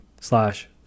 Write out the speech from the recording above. slash